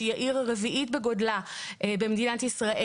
שהיא העיר הרביעית בגודלה במדינת ישראל,